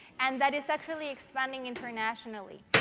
and that is actually expanding internationally.